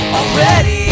already